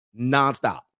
Nonstop